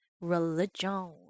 religion